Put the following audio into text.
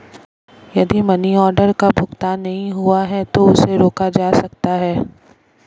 यदि money order का भुगतान नहीं हुआ है तो उसे रोका जा सकता है